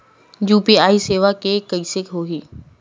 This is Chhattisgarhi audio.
यू.पी.आई सेवा के कइसे होही?